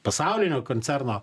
pasaulinio koncerno